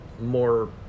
more